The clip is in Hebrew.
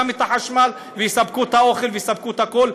החשמל ויספקו את האוכל ויספקו את הכול,